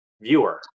viewer